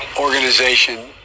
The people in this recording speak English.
organization